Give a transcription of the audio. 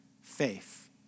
Faith